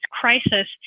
crisis